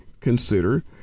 consider